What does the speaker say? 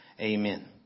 amen